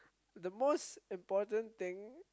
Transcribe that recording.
the most important thing